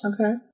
Okay